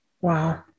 Wow